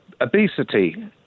Obesity